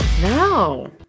no